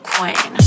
Queen